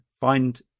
find